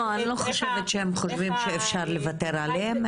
אני לא חושבת שהם חושבים שאפשר לוותר עליהם,